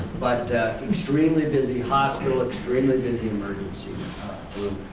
but extremely busy hospital, extremely busy emergency room.